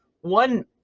one